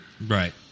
Right